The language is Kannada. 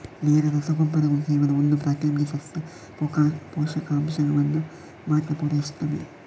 ನೇರ ರಸಗೊಬ್ಬರಗಳು ಕೇವಲ ಒಂದು ಪ್ರಾಥಮಿಕ ಸಸ್ಯ ಪೋಷಕಾಂಶವನ್ನ ಮಾತ್ರ ಪೂರೈಸ್ತವೆ